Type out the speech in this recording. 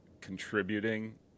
contributing